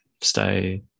stay